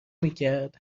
میکرد